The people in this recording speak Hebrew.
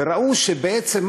ראו שבעצם,